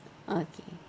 okay